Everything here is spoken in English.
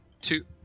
Two